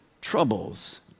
troubles